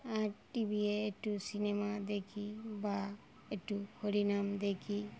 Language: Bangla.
আর টি ভিতে একটু সিনেমা দেখি বা একটু হরিনাম দেখি